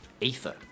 Ether